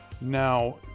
Now